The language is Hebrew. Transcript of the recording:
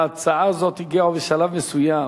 ההצעה הזאת הגיעה בשלב מסוים